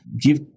Give